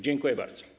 Dziękuję bardzo.